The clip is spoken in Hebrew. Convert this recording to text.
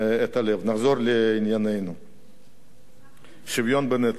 נחזור לענייננו שוויון בנטל.